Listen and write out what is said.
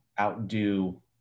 outdo